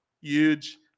Huge